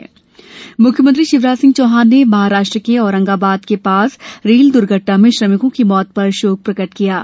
म्ख्यमंत्री शिवराज सिंह चौहान ने महाराष्ट्र के औरंगाबाद के पास रेल द्र्घटना में श्रमिकों की मृत्य् पर गहरा द्ख व्यक्त किया है